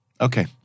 Okay